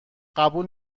قبول